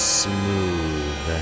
smooth